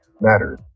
mattered